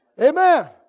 Amen